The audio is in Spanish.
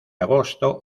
agosto